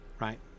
right